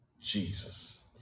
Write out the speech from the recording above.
Jesus